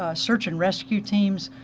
ah search and rescue teams,